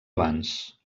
abans